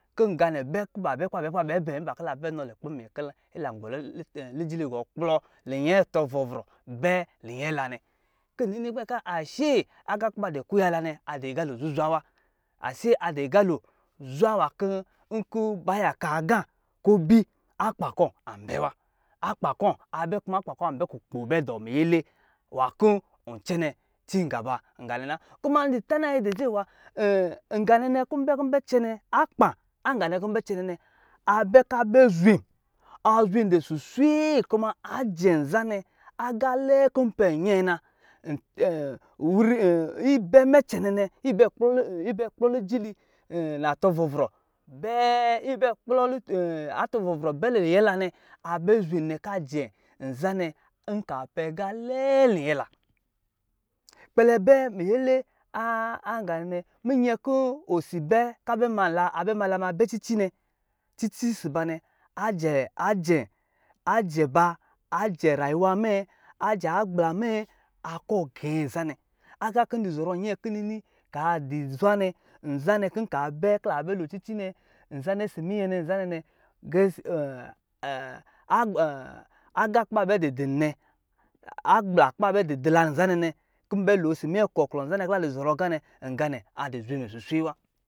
Kɔ nga nɛ bɛ kɔ ba kɔ la bɛ gɔ lijili gɔɔ kplɔ liyɛ atɔ vrɔvrɔ nɛ bɛ linyɛ lanɛ kɔ mɛ kɔ ashe aga kɔ ba dɔ gwaya la nɛ adɔ aga lo zuzwa vdɔ agalo zwa nwa kɔ ba yaka aga kɔ si akp kɔ abɛ wa akpa kɔ abɛ kukpo dɔ miyele nwa kɔ ɔ cɛnɛ cingaba kuma ndu tanayi cewa aga nɛnɛ kɔ mbɛ cɛnɛ akpo aganɛ kɔ mbɛ cɛnɛ nɛ abɛ ka abɛ zwɛn azwen deɛ suswee kum dɛ nza nɛ aga lɛɛ kɔ npɛnyɛɛ na ibɛ mɛ cɛnɛ nɛ ibɛ kplɔ ujivi liyɛ tɔ vrɔ vrɔ bɛ liyɛ la nɛ abɛ zwen nɛ aja nza nɛ nka pɛ aga laɛ linyɛ la kpɛlɛ bɛ miyele aganɛ kɔ osi abɛ mala bɛ cici ɔsɔ ba nɛ ajɛ ba ajɛ rau nwa mɛ akɔ gɛɛ nza nɛ aga kɔ ndɔ zɔrɔ nyɛɛ kɔ nnini kaa adu zwanɛ nka bɛ kɔ la bɛ lo cici nɛ ɔsɔ minyɛ nɛ uzanɛ aga kɔ ba bɛ dudɔn lɛ nzanɛ kɔ nbɛ lo ɔsɔ minyɛ klɔ klɔ kɔ la dɔ zɔrɔ aga nɛ nga nɛ adɔ zwe mɛ susalve wa.